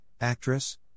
Actress